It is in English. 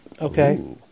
okay